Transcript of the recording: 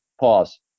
Pause